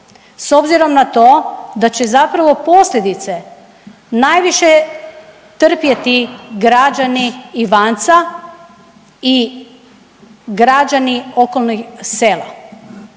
s obzirom na to da će zapravo posljedice najviše trpjeti građani Ivanca i građani okolnih sela?